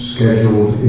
Scheduled